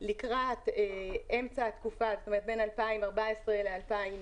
לקראת אמצע התקופה, בין 2014 ל-2016,